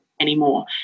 anymore